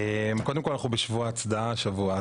קודם כל אנחנו בשבוע הצדעה השבוע,